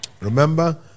Remember